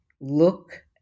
look